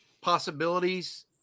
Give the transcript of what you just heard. possibilities